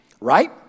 right